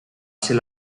ser